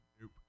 Nope